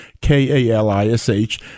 K-A-L-I-S-H